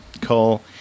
Cole